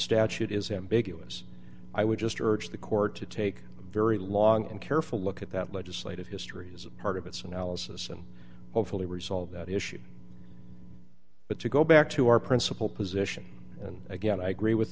statute is ambiguous i would just urge the court to take a very long and careful look at that legislative history as part of its analysis and hopefully resolve that issue but to go back to our principle position and again i agree with